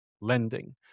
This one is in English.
lending